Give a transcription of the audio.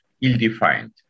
ill-defined